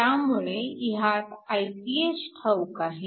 त्यामुळे ह्यात Iph ठाऊक आहे